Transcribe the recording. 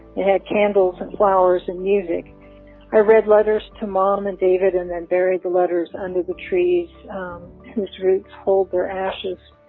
had candles and flowers and music i read letters to mom and david and then buried the letters under the trees whose roots hold their ashes.